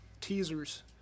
teasers